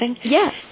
Yes